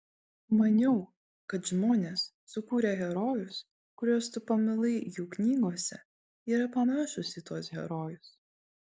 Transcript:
maniau kad žmonės sukūrę herojus kuriuos tu pamilai jų knygose yra panašūs į tuos herojus